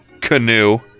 canoe